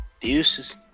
Deuces